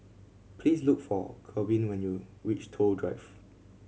please look for Corbin when you reach Toh Drive